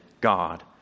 God